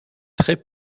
très